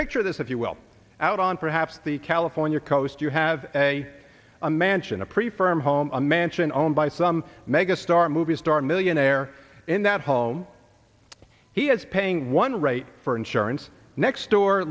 picture this if you will out on perhaps the california coast you have a mansion a pretty firm home a mansion owned by some mega star movie star millionaire in that home he has paying one rate for insurance next door